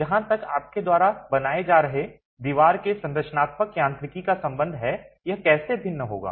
जहां तक आपके द्वारा बनाए जा रहे दीवार के संरचनात्मक यांत्रिकी का संबंध है यह कैसे भिन्न होगा